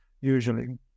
usually